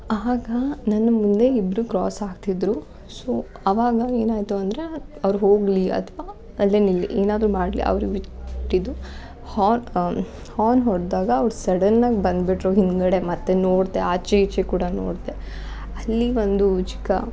ಆಗ ನನ್ನ ಮುಂದೆ ಇಬ್ಬರು ಕ್ರಾಸ್ ಆಗ್ತಿದ್ದರು ಸೊ ಅವಾಗ ಏನಾಯಿತು ಅಂದರೆ ಅವ್ರು ಹೋಗಲಿ ಅಥ್ವಾ ಅಲ್ಲೇ ನಿಲ್ಲಿ ಏನಾದ್ರೂ ಮಾಡಲಿ ಅವ್ರಿಗೆ ಬಿಟ್ಟಿದ್ದು ಹಾರ್ನ್ ಹಾರ್ನ್ ಹೊಡೆದಾಗ ಅವ್ರು ಸಡನ್ನಾಗಿ ಬಂದುಬಿಟ್ರು ಹಿಂದುಗಡೆ ಮತ್ತೆ ನೋಡಿದೆ ಆಚೆ ಈಚೆ ಕೂಡ ನೋಡಿದೆ ಅಲ್ಲಿ ಒಂದು ಚಿಕ್ಕ